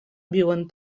viuen